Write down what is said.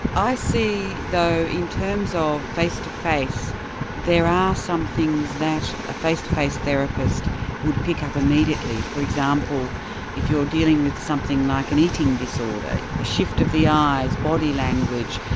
i see, though, in terms of face to face there are some things that a face to face therapist would pick up immediately. for example if you're dealing with something like an eating disorder, a shift of the eyes, body language,